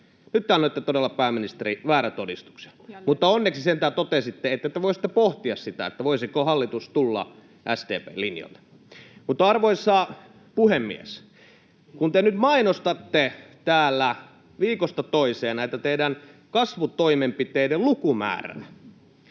Nyt te annoitte todella, pääministeri, väärän todistuksen, mutta onneksi sentään totesitte, että te voisitte pohtia sitä, voisiko hallitus tulla SDP:n linjoille. Arvoisa puhemies! Kun te nyt mainostatte täällä viikosta toiseen tätä teidän kasvutoimenpiteidenne lukumäärää,